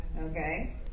Okay